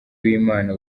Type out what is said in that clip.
w’imana